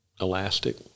elastic